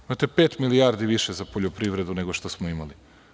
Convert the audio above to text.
Imate pet milijardi više za poljoprivredu, nego što smo imali.